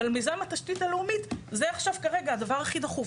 אבל מיזם התשתית הלאומית זה עכשיו כרגע הדבר הכי דחוף.